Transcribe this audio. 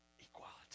equality